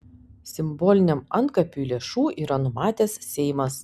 simboliniam antkapiui lėšų yra numatęs seimas